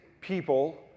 people